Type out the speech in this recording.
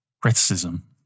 criticism